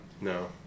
No